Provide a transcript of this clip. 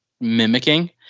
mimicking